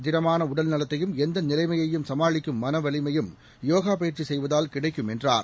திடமான உடல்நலத்தையும் எந்த நிலைமையையும் சமாளிக்கும் மன வலிமையும் யோகா பயிற்சி செய்வதால் கிடைக்கும் என்றார்